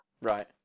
Right